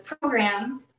program